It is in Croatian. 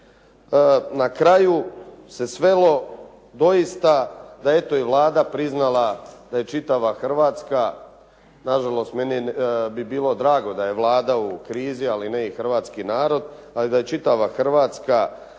Na kraju se svelo doista da eto i Vlada priznala da je čitava Hrvatska, na žalost meni bi bilo drago da je Vlada u krizi ali ne i Hrvatski narod, ali da je čitava Hrvatska,